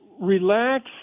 relax